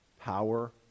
power